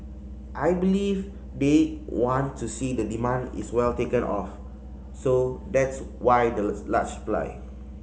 I believe they want to see the demand is well taken of so that's why the large supply